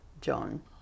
John